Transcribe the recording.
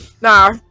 Nah